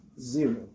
zero